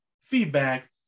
feedback